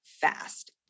fast